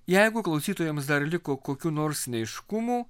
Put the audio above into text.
jeigu klausytojams dar liko kokių nors neaiškumų